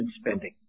spending